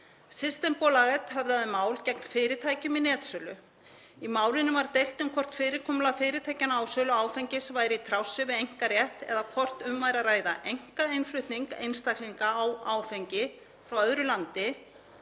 Systembolaget höfðaði mál gegn fyrirtækjum í netsölu. Í málinu var deilt um hvort fyrirkomulag fyrirtækjanna á sölu áfengis væri í trássi við einkarétt eða hvort um væri að ræða einkainnflutning einstaklinga á áfengi frá öðru landi